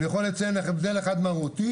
אני יכול לציין הבדל אחד מהותי